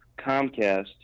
Comcast